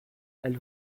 elles